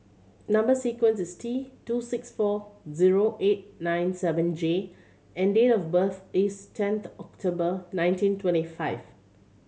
number sequence is T two six four zero eight nine seven J and date of birth is tenth October nineteen twenty five